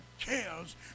cares